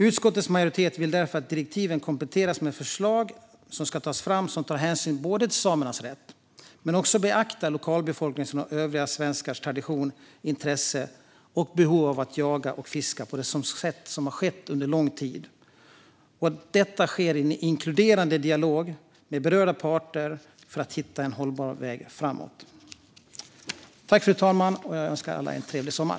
Utskottets majoritet vill därför att direktiven kompletteras med att förslag ska tas fram som tar hänsyn till samers rätt men också beaktar lokalbefolkningens och övriga svenskars tradition, intresse och behov av att jaga och fiska på det sätt som skett under lång tid och att detta sker med en inkluderande dialog med berörda parter för att hitta en hållbar väg framåt. Fru talman! Jag önskar alla en trevlig sommar!